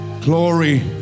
Glory